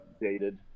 dated